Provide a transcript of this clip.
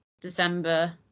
december